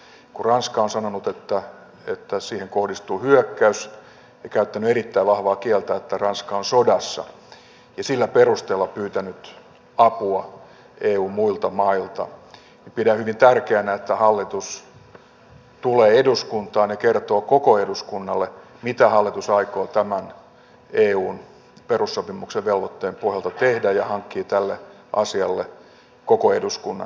kun ranska on sanonut että siihen kohdistuu hyökkäys ja käyttänyt erittäin vahvaa kieltä että ranska on sodassa ja sillä perusteella pyytänyt apua eun muilta mailta pidän hyvin tärkeänä että hallitus tulee eduskuntaan ja kertoo koko eduskunnalle mitä hallitus aikoo tämän eun perussopimuksen velvoitteen pohjalta tehdä ja hankkii tälle asialle koko eduskunnan hyväksynnän